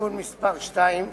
(תיקון מס' 2),